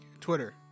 Twitter